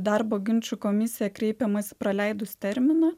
darbo ginčų komisiją kreipiamasi praleidus terminą